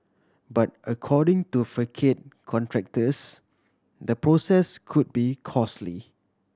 but according to facade contractors the process could be costly